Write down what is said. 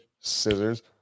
scissors